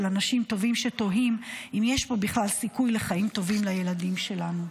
אנשים טובים שתוהים אם יש פה בכלל סיכוי לחיים טובים לילדים שלנו.